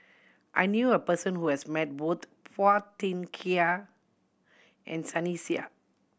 I knew a person who has met both Phua Thin Kiay and Sunny Sia